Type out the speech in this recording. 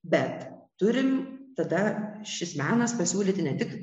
bet turim tada šis menas pasiūlyti ne tik